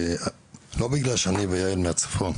לא בגלל שאני ויעל מהצפון,